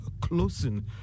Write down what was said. closing